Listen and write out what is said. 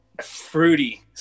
fruity